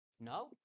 No